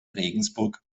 regensburg